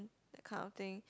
that kind of thing